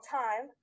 time